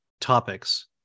topics